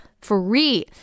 free